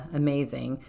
amazing